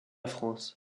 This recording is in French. france